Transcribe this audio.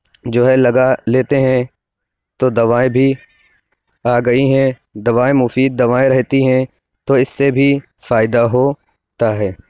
جو ہے لگا لیتے ہیں تو دوائیں بھی آ گئی ہیں دوائیں مُفید دوائیں رہتی ہیں تو اِس سے بھی فائدہ ہوتا ہے